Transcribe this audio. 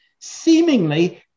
seemingly